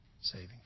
saving